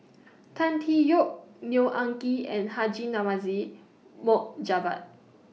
Tan Tee Yoke Neo Anngee and Haji Namazie Mohd Javad